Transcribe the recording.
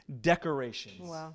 decorations